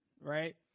right